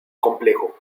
complejo